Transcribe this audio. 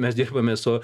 mes dirbame su